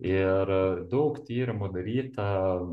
ir daug tyrimų daryta